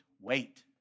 wait